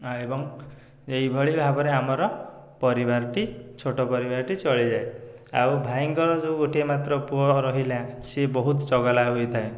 ଏବଂ ଏହିଭଳି ଭାବରେ ଆମର ପରିବାରଟି ଛୋଟ ପରିବାରଟି ଚଳିଯାଏ ଆଉ ଭାଇଙ୍କର ଯେଉଁ ଗୋଟିଏ ମାତ୍ର ପୁଅ ରହିଲା ସିଏ ବହୁତ ଚଗଲା ହୋଇଥାଏ